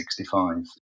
1965